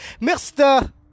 Mr